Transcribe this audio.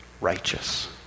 righteous